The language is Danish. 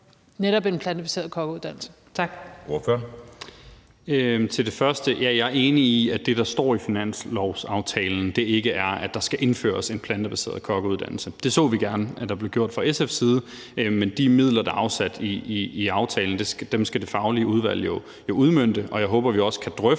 Kl. 19:32 Carl Valentin (SF): Til det første: Ja, jeg er enig i, at det, der står i finanslovsaftalen, ikke er, at der skal indføres en plantebaseret kokkeuddannelse. Det så vi gerne fra SF's side at der blev gjort. Men de midler, der er afsat i aftalen, skal det faglige udvalg jo udmønte. Jeg håber, vi også kan drøfte,